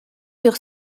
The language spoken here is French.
sur